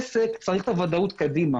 עסק צריך את הוודאות קדימה